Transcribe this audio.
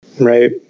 right